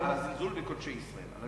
בכלל, הזלזול בקודשי ישראל.